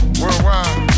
worldwide